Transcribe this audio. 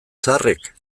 zaharrek